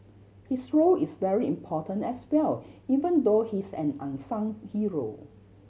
his role is very important as well even though he's an unsung hero